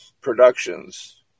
productions